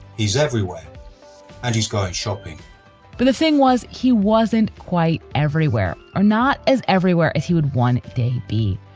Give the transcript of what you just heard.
he's everywhere and he's gone shopping but the thing was, he wasn't quite everywhere, are not as everywhere as he would one day be.